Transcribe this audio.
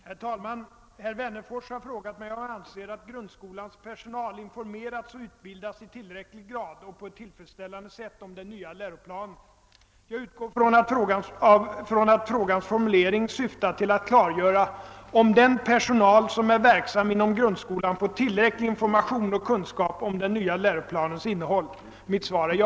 Herr talman! Herr Wennerfors har frågat mig om jag anser att grundskolans personal informerats och utbildats i tillräcklig grad och på ett tillfredsställande sätt om den nya läroplanen. Jag utgår från att frågans formulering syftar till att klargöra om den personal som är verksam inom grundskolan fått tillräcklig information och kunskap om den nya läroplanens innehåll. Mitt svar är ja.